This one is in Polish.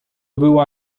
była